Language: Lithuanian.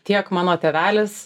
tiek mano tėvelis